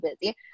busy